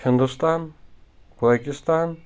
Hindustan Pakistan